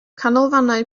canolfannau